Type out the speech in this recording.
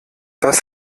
das